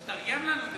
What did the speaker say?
תתרגם לנו.